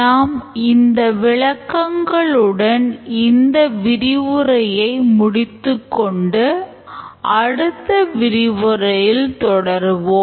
நாம் இந்த விளக்கங்களுடன் இந்த விரிவுரையை முடித்துக் கொண்டு அடுத்த விரிவுரையில் தொடர்வோம்